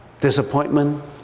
disappointment